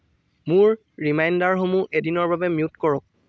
মোৰ ৰিমাইণ্ডাৰসমূহ এদিনৰ বাবে মিউট কৰক